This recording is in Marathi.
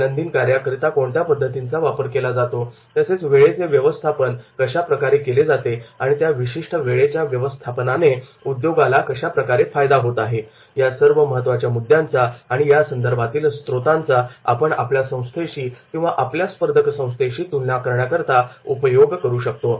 दैनंदिन कार्याकरिता कोणत्या पद्धतींचा वापर केला जातो तसेच वेळेचे व्यवस्थापन कशा प्रकारे केले जाते आणि या विशिष्ट वेळेच्या व्यवस्थापनाने उद्योगाला कशा प्रकारे फायदा होत आहे या सर्व महत्त्वाच्या मुद्द्यांचा आणि त्या संदर्भातील स्त्रोतांचा आपण आपल्या संस्थेशी आणि आपल्या स्पर्धक संस्थेशी तुलना करण्याकरिता उपयोग करू शकतो